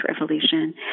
Revolution